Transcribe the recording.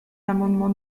l’amendement